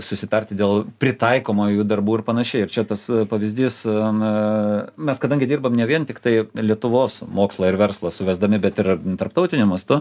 susitarti dėl pritaikomųjų darbų ir panašiai ir čia tas pavyzdys na mes kadangi dirbam ne vien tiktai lietuvos mokslą ir verslą suvesdami bet ir tarptautiniu mastu